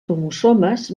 cromosomes